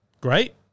Great